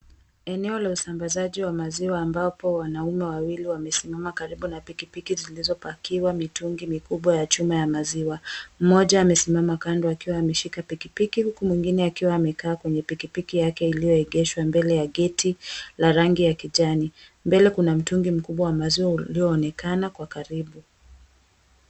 Eneo la usambazaji wa maziwa ambapo wanaume wawili wamesimama karibu na pikipiki zilizopakiwa mitungi mikubwa ya chuma ya maziwa nmmoja amesimama kando akiwa ameshika pikipiki, huku mwingine akiwa amekaa kwenye pikipiki yake iliyoegeshwa mbele ya geti la rangi ya kijani. Mbele kuna mtungi mkubwa wa maziwa ulioonekana kwa karibu.